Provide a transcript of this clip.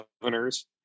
governors